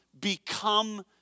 become